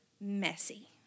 messy